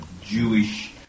Jewish